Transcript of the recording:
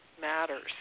matters